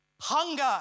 Hunger